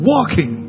Walking